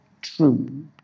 true